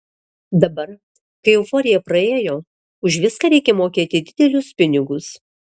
dabar kai euforija praėjo už viską reikia mokėti didelius pinigus